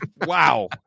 wow